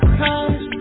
comes